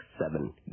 Seven